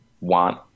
want